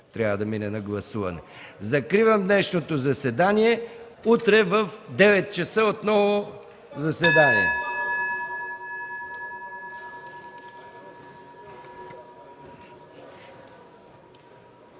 трябва да мине на гласуване. Закривам днешното заседание. Утре сутринта в 9,00 ч. – отново заседание.